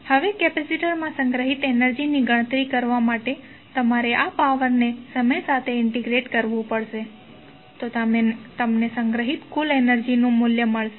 હવે કેપેસિટરમાં સંગ્રહિત એનર્જીની ગણતરી કરવા માટે તમારે આ પાવર ને સમય સાથે ઇન્ટેગ્રેટ કરવુ પડશે તો તમને સંગ્રહિત કુલ એનર્જીનું મૂલ્ય મળશે